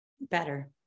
better